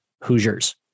hoosiers